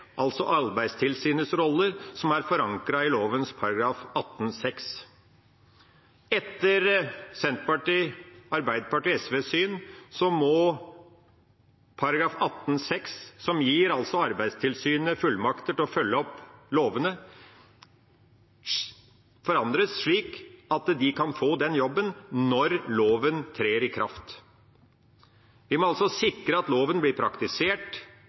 altså Arbeidstilsynets rolle, som er forankret i lovens § 18-6. Etter Senterpartiet, Arbeiderpartiet og SVs syn må § 18-6, som gir Arbeidstilsynet fullmakter til å følge opp lovene, forandres slik at de kan få den jobben når loven trer i kraft. Vi må altså sikre at loven blir praktisert,